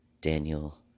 daniel